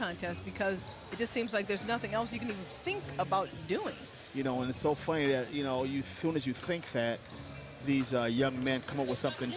contest because it just seems like there's nothing else you can think about doing you know it's so funny that you know you feel that you think that these young men come up with something